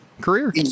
career